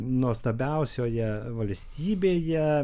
nuostabiausioje valstybėje